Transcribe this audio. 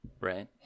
right